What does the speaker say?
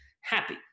happy